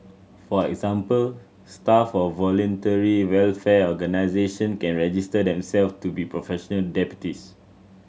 for example staff of voluntary welfare organisation can register themselves to be professional deputies